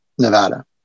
Nevada